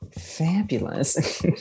Fabulous